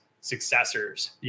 successors